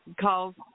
calls